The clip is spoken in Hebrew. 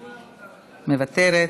מוותרת,